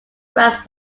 france